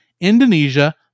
Indonesia